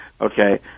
okay